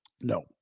No